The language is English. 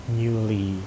newly